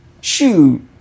Shoot